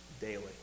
daily